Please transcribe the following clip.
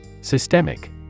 Systemic